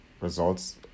results